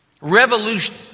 Revolution